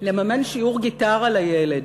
לממן שיעור גיטרה לילד,